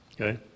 okay